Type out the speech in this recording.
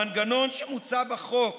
המנגנון שמוצע בחוק